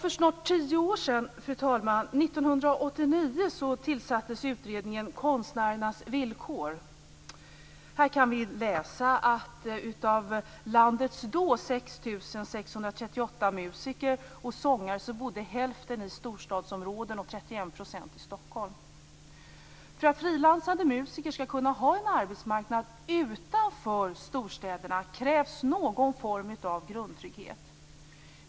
För snart 10 år sedan, fru talman, nämligen 1989, tillsattes utredningen Konstnärernas villkor. Här kan vi läsa att av landets då 6 638 musiker och sångare bodde hälften i storstadsområden och 31 % i Stockholm. För att frilansande musiker skall kunna ha en arbetsmarknad utanför storstäderna krävs någon form av grundtrygghet.